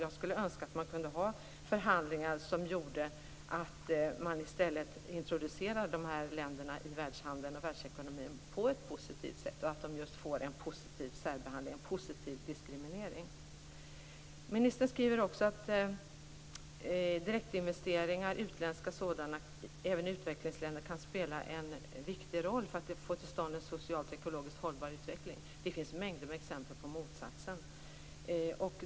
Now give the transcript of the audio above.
Jag skulle önska att man kunde ha förhandlingar där man i stället introducerar de här länderna i världshandeln och världsekonomin på ett positivt sätt och att de får en positiv särbehandling, en positiv diskriminering. Ministern skriver också att utländska direktinvesteringar även i utvecklingsländerna kan spela en viktig roll för att få till stånd en socialt och ekologiskt hållbar utveckling. Det finns mängder med exempel på motsatsen.